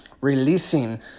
releasing